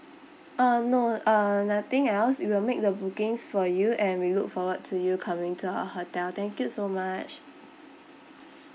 uh no uh nothing else we will make the bookings for you and we look forward to you coming to our hotel thank you so much